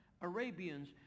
Arabians